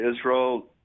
Israel